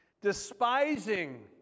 despising